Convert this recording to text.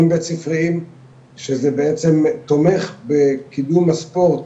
בית ספריים שזה בעצם תומך בקידום הספורט